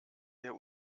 der